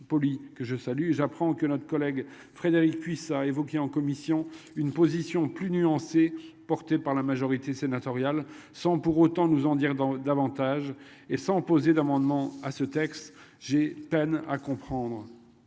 j'apprends que notre collègue Frédérique Puissat évoqué en commission une position plus nuancée, porté par la majorité sénatoriale, sans pour autant nous en dire dans davantage et sans poser d'amendements à ce texte j'ai peine à comprendre.